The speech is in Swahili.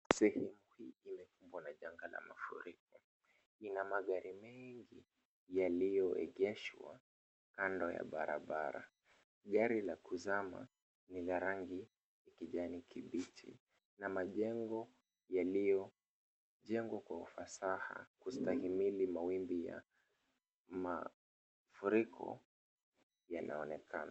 Sehemu hii imekumbwa na janga la mafuriko. Ina magari mengi yaliyoegeshwa kando ya barabara. Gari la kuzama ni la rangi ya kijani kibichi na majengo yaliyojengwa kwa ufasaha kustahimili mawimbi ya mafuriko yanaonekana.